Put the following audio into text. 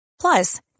Plus